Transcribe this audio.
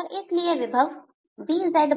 और इसलिए विभव V2πσ400R r